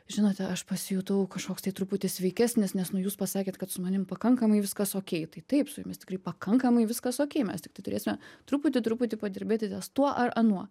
žinote aš pasijutau kažkoks tai truputį sveikesnis nes nu jūs pasakėt kad su manim pakankamai viskas okei tai taip su jumis tikrai pakankamai viskas okei mes tiktai turėsime truputį truputį padirbėti ties tuo ar anuo